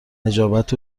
نجابت